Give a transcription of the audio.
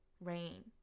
Rain